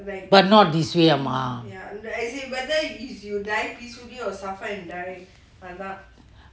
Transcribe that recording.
but not this way amma